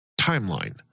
timeline